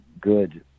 good